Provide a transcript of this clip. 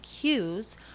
cues